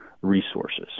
resources